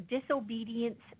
Disobedience